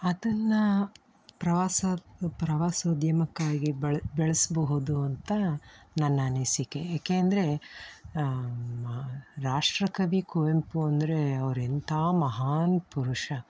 ಅದನ್ನು ಪ್ರವಾಸ ಪ್ರವಾಸೋದ್ಯಮಕ್ಕಾಗಿ ಬಳ ಬೆಳೆಸ್ಬಹುದು ಅಂತ ನನ್ನ ಅನಿಸಿಕೆ ಏಕೆಂದರೆ ರಾಷ್ಟ್ರಕವಿ ಕುವೆಂಪು ಅಂದರೆ ಅವರೆಂಥ ಮಹಾನ್ ಪುರುಷ